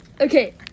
Okay